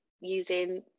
using